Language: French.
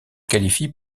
qualifie